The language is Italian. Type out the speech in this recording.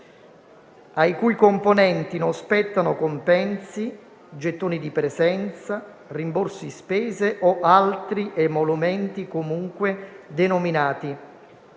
ai cui componenti non spettano compensi, gettoni di presenza, rimborsi di spese o altri emolumenti comunque denominati".